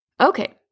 Okay